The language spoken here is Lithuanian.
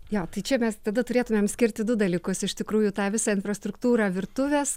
jo tai čia mes tada turėtumėm skirti du dalykus iš tikrųjų tą visą infrastruktūrą virtuvės